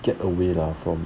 get away lah from